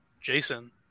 Jason